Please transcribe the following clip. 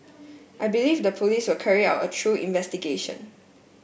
I believe the police will carry out a through investigation